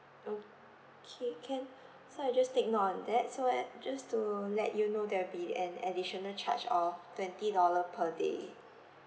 okay can so I just take note on that so at just to let you know there'll be an additional charge of twenty dollar per day